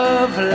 Love